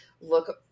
look